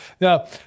Now